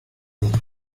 nicht